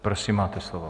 Prosím, máte slovo.